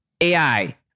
AI